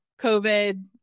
COVID